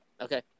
Okay